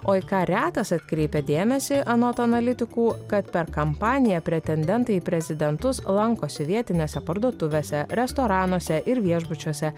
o į ką retas atkreipia dėmesį anot analitikų kad per kampaniją pretendentai į prezidentus lankosi vietinėse parduotuvėse restoranuose ir viešbučiuose